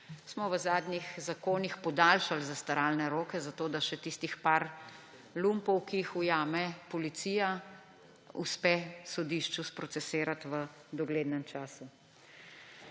smo v zadnjih zakonih podaljšali zastaralne roke, zato da še tistih nekaj lumpov, ki jih ujame policija, uspe sodišču sprocesirati v doglednem času.